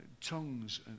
tongues